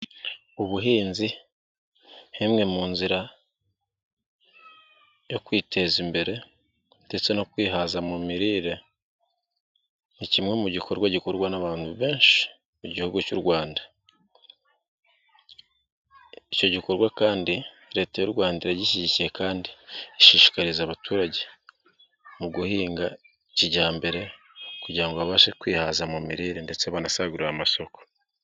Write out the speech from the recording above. Ubuhinzi nk'imwe mu inzira yo kwiteza imbere ndetse no kwihaza mu mirire, ni kimwe gikorwa gikorwa n'abantu benshi mu gihugu cy'u Rwanda, icyo gikorwa kandindi Leta y'u Rwanda iragishyigikiye kandi ishishiksriza abaturage mu guhinga kijyambere kugira ngo babashe kwihaza mu mirire ndetse banasagurire amasoko.